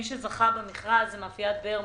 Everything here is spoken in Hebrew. מי שזכה במכרז זאת מאפיית ברמן